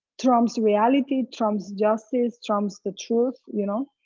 trumps reality, trumps justice, trumps the truth, you know?